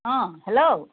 অঁ হেল্ল'